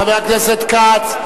חבר הכנסת כץ,